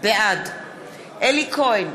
בעד אלי כהן,